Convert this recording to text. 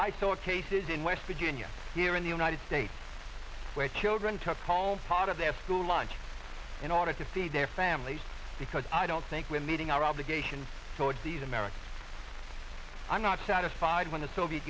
thought cases in west virginia here in the united states where children took home part of their school lunch in order to feed their families because i don't think we're meeting our obligations towards these america it's i'm not satisfied when the soviet